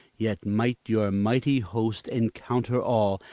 yet might your mighty host encounter all,